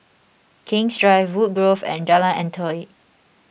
King's Drive Woodgrove and Jalan Antoi